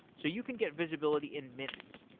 so you can get visibility in minutes.